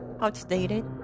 outdated